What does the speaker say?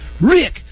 Rick